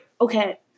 okay